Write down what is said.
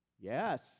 Yes